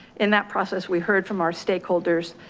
in that process, we heard from our stakeholders,